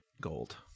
gold